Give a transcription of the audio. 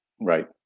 Right